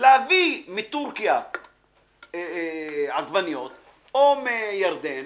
להביא מטורקיה עגבניות או מירדן,